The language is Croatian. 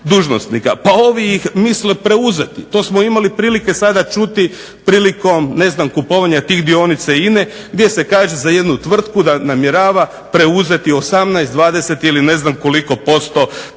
Pa ovi ih misle preuzeti. To smo imali prilike sada čuti prilikom kupovanja dionice INA-e gdje se kaže za jednu tvrtku da namjerava preuzeti 18, 20 ili ne znamo koliko posto